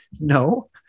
No